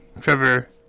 Trevor